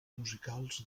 musicals